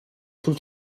sul